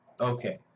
Okay